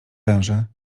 węże